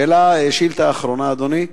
שאילתא אחרונה, אדוני: